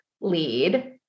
lead